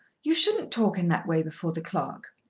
you shouldn't talk in that way before the clerk.